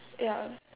yeah